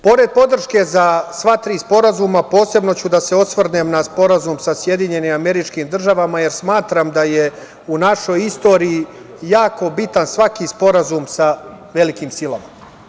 Pored podrške za sva tri sporazuma, posebno ću da se osvrnem na Sporazum sa SAD, jer smatram da je u našoj istoriji jako bitan svaki sporazum sa velikim silama.